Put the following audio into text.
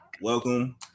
welcome